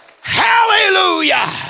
Hallelujah